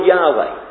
Yahweh